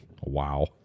wow